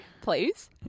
please